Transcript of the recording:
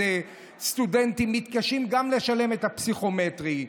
הרבה מאוד סטודנטים מתקשים לשלם על הלימוד לפסיכומטרי.